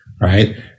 right